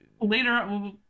Later